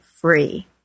free